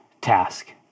task